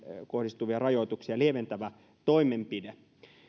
kohdistuvia rajoituksia lieventävä toimenpide